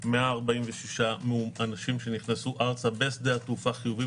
146 אנשים שנכנסו ארצה ונמצאו בשדה התעופה חיוביים,